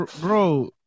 Bro